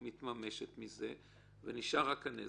מתממשת מזה התועלת שאנחנו מקווים ונשאר רק הנזק,